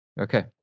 Okay